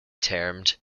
termed